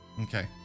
Okay